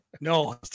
No